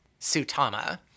Sutama